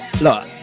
Look